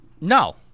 No